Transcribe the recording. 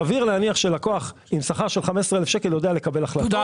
סביר להניח שלקוח עם שכר של 15,000 שקלים יודע לקבל החלטות.